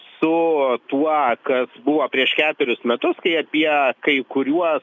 su tuo kas buvo prieš keturius metus kai apie kai kuriuos